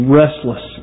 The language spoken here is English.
restless